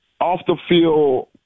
off-the-field